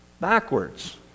backwards